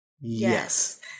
Yes